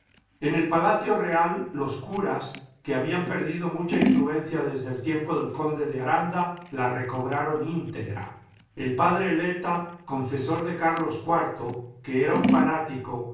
en el palacio real los curas que habían perdido mucha influencia desde el tiempo del conde de aranda la recobraron íntegra el padre eleta confesor de carlos iv que era un fanático